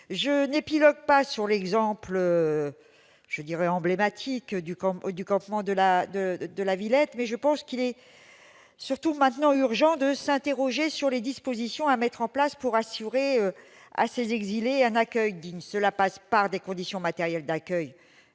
Je n'épiloguerai pas sur l'exemple emblématique du campement de la Villette. Il est désormais urgent de s'interroger sur les dispositions à mettre en place pour assurer à ces exilés un accueil digne. Cela passe par des conditions matérielles d'accueil